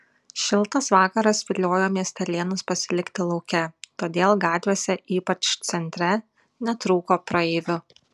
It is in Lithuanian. šiltas vakaras viliojo miestelėnus pasilikti lauke todėl gatvėse ypač centre netrūko praeivių